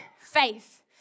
faith